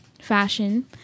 fashion